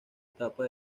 etapa